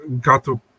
Gato